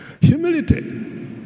Humility